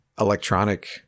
electronic